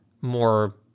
more